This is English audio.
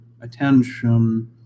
attention